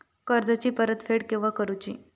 कर्जाची परत फेड केव्हा करुची?